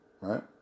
right